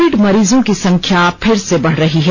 Covid मरीजों की संख्या फिर से बढ़ रही है